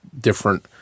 different